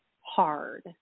hard